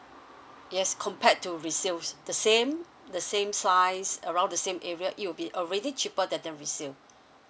yes compared to resale the same the same size around the same area it will be a really cheaper than the resale